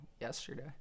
yesterday